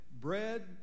bread